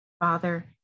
Father